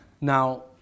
now